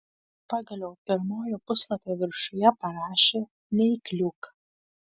pagaliau pirmojo puslapio viršuje parašė neįkliūk